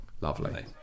Lovely